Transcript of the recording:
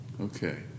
Okay